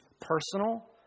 personal